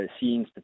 seeing